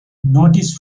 notice